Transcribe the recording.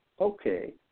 okay